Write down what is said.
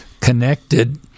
connected